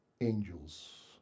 angels